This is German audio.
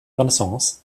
renaissance